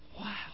Wow